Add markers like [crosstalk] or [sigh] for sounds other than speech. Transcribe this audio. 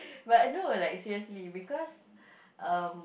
[breath] but I know like seriously because um